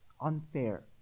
Unfair